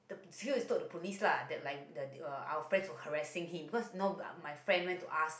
the so we told the police lah that like the our friend was her raising him because no my friend went to ask